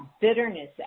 bitterness